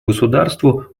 государству